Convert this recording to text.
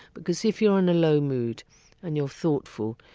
because if you're in a low mood and you're thoughtful,